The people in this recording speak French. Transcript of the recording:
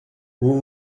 vous